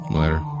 later